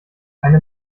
eine